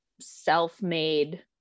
self-made